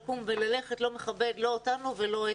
זה לא מכבד אותנו ולא את הבאים.